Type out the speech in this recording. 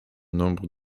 nombre